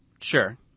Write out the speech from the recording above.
Sure